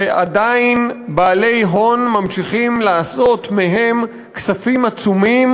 שעדיין בעלי הון ממשיכים לעשות מהם כספים עצומים,